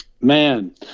man